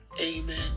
Amen